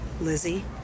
Lizzie